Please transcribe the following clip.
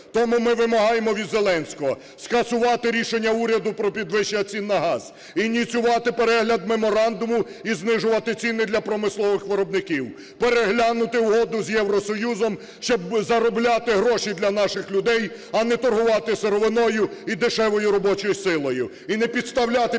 Тому ми вимагаємо від Зеленського скасувати рішення уряду про підвищення цін на газ, ініціювати перегляд меморандуму і знижувати ціни для промислових виробників. Переглянути угоду з Євросоюзом, щоб заробляти гроші для наших людей, а не торгувати сировиною і дешевою робочою силою. І не підставляти…